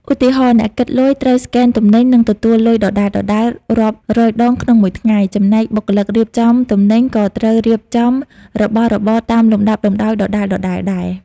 ឧទាហរណ៍ អ្នកគិតលុយត្រូវស្កេនទំនិញ និងទទួលលុយដដែលៗរាប់រយដងក្នុងមួយថ្ងៃ ចំណែកបុគ្គលិករៀបចំទំនិញក៏ត្រូវរៀបចំរបស់របរតាមលំដាប់លំដោយដដែលៗដែរ។